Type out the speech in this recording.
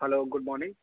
hello good morning